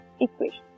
equation